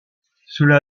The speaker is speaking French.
cela